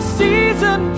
season